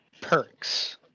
perks